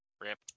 rip